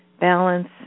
balance